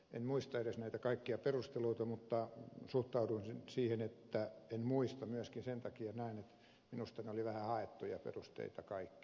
en muista edes näitä kaikkia perusteluita mutta suhtautuisin siihen että en muista myöskin sen takia näin että minusta ne olivat vähän haettuja perusteita kaikki